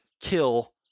kill